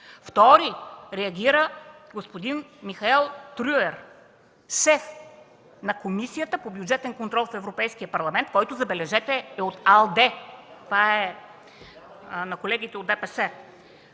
Втори реагира господин Майкъл Трюрер – шеф на Комисията по бюджетен контрол в Европейския парламент, който, забележете, е от АЛДЕ – това е на колегите от ДПС